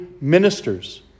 ministers